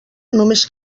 només